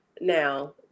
Now